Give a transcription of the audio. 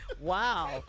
Wow